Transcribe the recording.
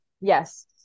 Yes